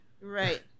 Right